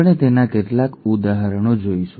આપણે તેના કેટલાક ઉદાહરણો જોશું